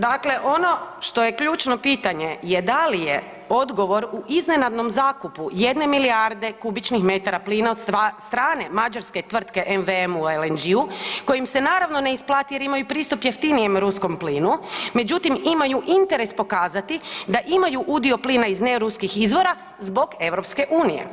Dakle, ono što je ključno pitanje je da li odgovor u iznenadnom zakupu jedne milijarde m3 plina od strane mađarske tvrtke MVM u LNG-u koji im se naravno ne isplati jer imaju pristup jeftinijem ruskom plinu, međutim imaju interes pokazati da imaju udio plina iz neruskih izvora zbog EU.